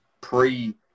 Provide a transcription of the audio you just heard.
pre